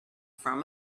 from